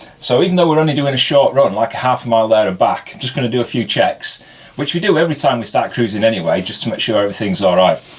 so even though we're only doing a short run like half mile there and back, i'm just gonna do a few checks which we do every time we start cruising anyway just to make sure everything's all right.